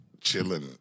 chilling